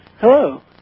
Hello